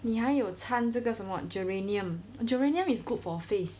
你还有参这个什么 geranium geranium is good for face